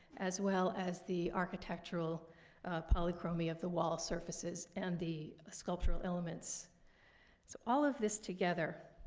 as well as the architectural polychromy of the wall surfaces and the sculptural elements. so all of this together